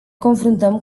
confruntăm